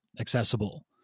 accessible